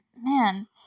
Man